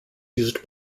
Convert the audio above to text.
used